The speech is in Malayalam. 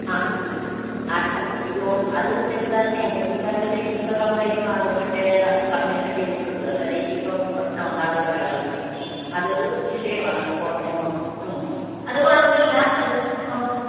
ആ ആ അത് അയ്യോ അത് തെറ്റിദ്ധാരണ ആണ് മുനിസിപ്പാലിറ്റിയിൽ ഇനി ഇപ്പോൾ കംപ്ളെയിൻറ് മാറും മറ്റേ കമ്മീഷൻ ചെയ്തിട്ടുണ്ട് അതെ എനി ഇപ്പം പ്രശ്നം ഉണ്ടാകില്ല വെള്ളത്തിൻ്റെ അത് അത് ഒരു വിഷയം ആണ് അപ്പോൾ നിയമം അത് കുഴപ്പമില്ല അതിപ്പം